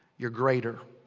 you're greater.